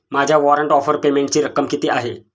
माझ्या warrant of पेमेंटची रक्कम किती आहे?